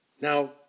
Now